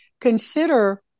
consider